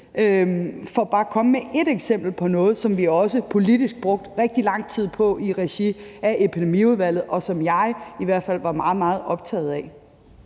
for bare at komme med ét eksempel på noget, som vi også politisk brugte rigtig lang tid på i regi af Epidemiudvalget, og som jeg i hvert fald var meget, meget optaget af.